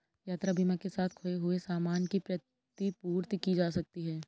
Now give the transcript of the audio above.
यात्रा बीमा के साथ खोए हुए सामान की प्रतिपूर्ति की जा सकती है